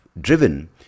driven